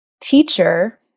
teacher